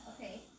Okay